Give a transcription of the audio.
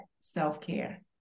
self-care